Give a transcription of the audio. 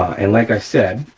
and like i said,